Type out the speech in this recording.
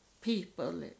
people